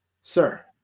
sir